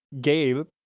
Gabe